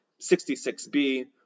66b